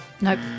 Nope